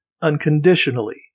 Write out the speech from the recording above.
unconditionally